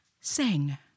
Sing